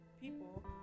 people